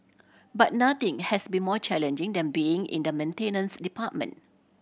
but nothing has been more challenging than being in the maintenance department